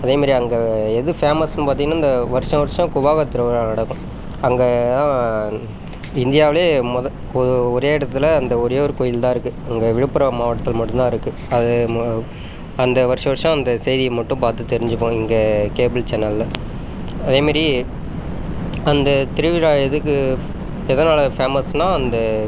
அதேமாரி அங்கே எது ஃபேமஸ்னு பார்த்திங்கனா இந்த வர்ஷம் வர்ஷம் குவாக திருவிழா நடக்கும் அங்கேதான் இந்தியாவில் மொதல் ஒரு ஒரே இடத்துல அந்த ஒரே ஒரு கோயில்தான் இருக்குது அங்கே விழுப்புரம் மாவட்டத்தில் மட்டும்தான் இருக்குது அது அந்த வர்ஷம் வர்ஷம் அந்த செய்தியை மட்டும் பார்த்து தெரிஞ்சுப்போம் எங்கள் கேபிள் சேனலில் அதேமாரி அந்த திருவிழா எதுக்கு எதனாலே ஃபேமஸ்னால் அந்த